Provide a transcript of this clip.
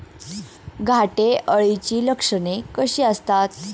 घाटे अळीची लक्षणे कशी असतात?